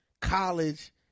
college